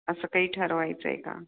असं काही ठरवायचं आहे का